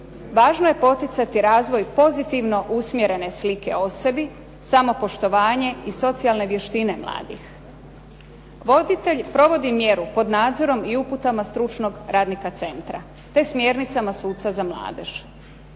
Važno je poticati razvoj pozitivno usmjerene slike o sebi, samopoštovanje i socijalne vještine mladih. Voditelj provodi mjeru pod nadzorom i uputama stručnog radnika centra, te smjernicama suca za mladež.